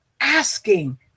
asking